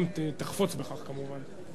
אם תחפוץ בכך כמובן.